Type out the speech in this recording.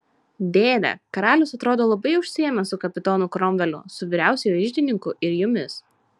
dėde karalius atrodo labai užsiėmęs su kapitonu kromveliu su vyriausiuoju iždininku ir jumis